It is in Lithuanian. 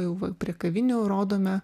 jau va prie kavinių jau rodome